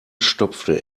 stopfte